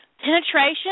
Penetration